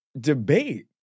debate